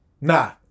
Nah